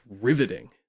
riveting